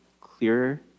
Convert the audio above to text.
clearer